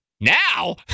now